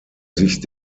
sich